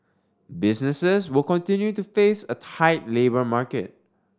businesses will continue to face a tight labour market